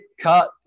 cut